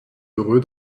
heureux